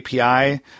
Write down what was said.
API